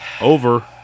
over